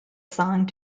song